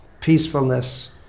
peacefulness